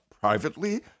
privately